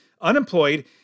unemployed